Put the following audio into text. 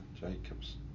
Jacobs